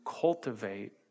cultivate